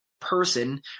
person